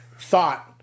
thought